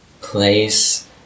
place